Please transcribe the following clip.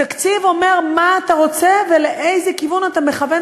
תקציב אומר מה אתה רוצה ולאיזה כיוון אתה מכוון